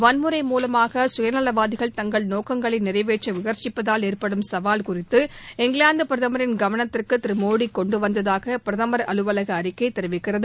வன்முறை மூலமாக கயநலவாதிகள் தங்கள் நோக்கங்களை நிறைவேற்ற முயற்சிப்பதால் ஏற்படும் சவால் குறித்து இங்கிலாந்து பிரதமரின் கவனத்திற்கு திரு மோடி கொண்டு வந்ததாக பிரதமர் அலுவலக அறிக்கை தெரிவிக்கிறது